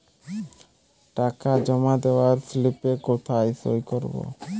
টাকা জমা দেওয়ার স্লিপে কোথায় সই করব?